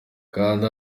kanda